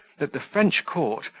that the french court,